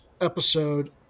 episode